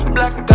Black